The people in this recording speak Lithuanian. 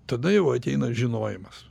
tada jau ateina žinojimas